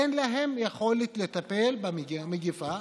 אין להן יכולת לטפל במגפה,